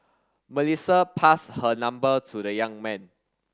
Melissa passed her number to the young man